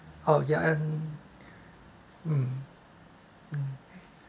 oh yeah and mm mm yeah and